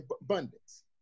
abundance